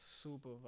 super